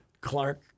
Clark